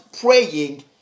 praying